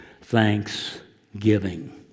thanksgiving